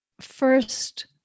first